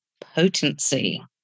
potency